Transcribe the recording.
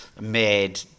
made